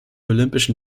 olympischen